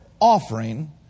offering